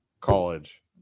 college